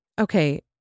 Okay